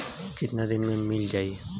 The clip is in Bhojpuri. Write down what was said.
कितना दिन में मील जाई?